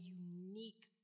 unique